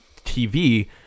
TV